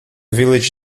village